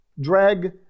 drag